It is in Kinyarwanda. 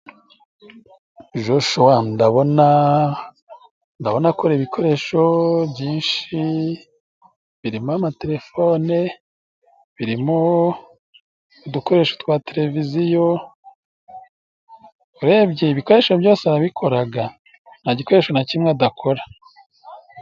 Joshuwa ndabona ndabona akora ibikoresho byinshi birimo:amatelefone, birimo udukoresho twa televiziyo, urebye ibikoresho byose wabikoraga nta gikoresho na kimwe adakora.